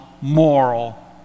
moral